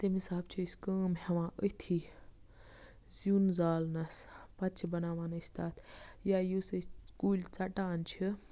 تمہِ حِساب چھِ أسۍ کٲم ہٮ۪وان أتھی زیُن زالنَس پَتہٕ چھِ بَناوان أسۍ تَتھ یا یُس أسۍ کُلۍ ژَٹان چھِ